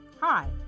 Hi